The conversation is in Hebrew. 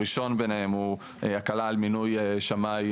הראשון ביניהם הוא הקלה על מינוי שמאי